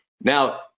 Now